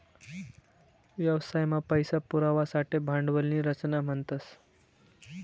व्यवसाय मा पैसा पुरवासाठे भांडवल नी रचना म्हणतस